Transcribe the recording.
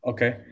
Okay